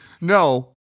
No